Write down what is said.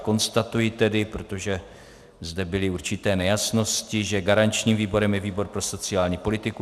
Konstatuji tedy, protože zde byly určité nejasnosti, že garančním výborem je výbor pro sociální politiku.